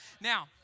Now